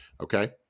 okay